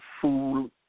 fool